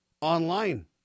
online